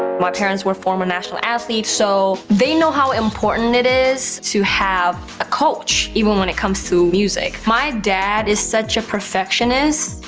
my parents were former national athletes, so they know how important it is to have a coach even when it comes to music. my dad is such a perfectionist.